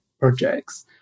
projects